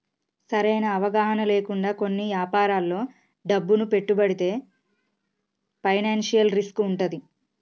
సరైన అవగాహన లేకుండా కొన్ని యాపారాల్లో డబ్బును పెట్టుబడితే ఫైనాన్షియల్ రిస్క్ వుంటది